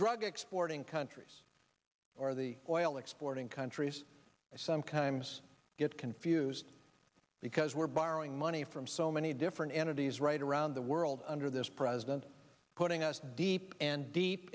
drug exporting countries or the oil exporting countries i sometimes get confused because we're borrowing money from so many different entities right around the world under this president putting us deep and deep